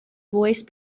voice